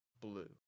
blue